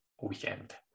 weekend